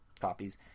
copies